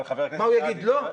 הוא יגיד לא?